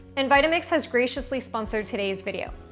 and, vitamix has graciously sponsored today's video.